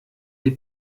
die